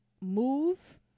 move